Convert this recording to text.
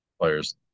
players